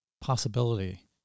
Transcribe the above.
possibility